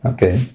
Okay